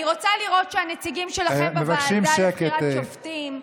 מבקשים שקט.